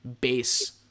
base